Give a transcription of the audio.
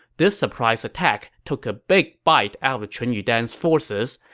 this surprise attack took a big bite out of chun yudan's forces,